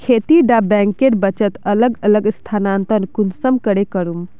खेती डा बैंकेर बचत अलग अलग स्थानंतरण कुंसम करे करूम?